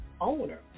owner